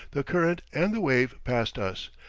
the current and the wave passed us,